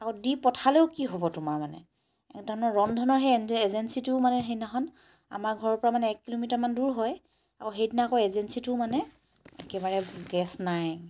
আকৌ দি পঠালেও কি হ'ব তোমাৰ মানে তাৰমানে ৰন্ধনৰ সেই এনজে এজেঞ্চিটোও মানে সেইদিনাখন আমাৰ ঘৰৰ পৰা মানে এক কিলোমিটাৰমান দূৰ হয় আকৌ সেইদিনা আকৌ এজেঞ্চিটো মানে একেবাৰে গেছ নাই